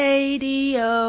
Radio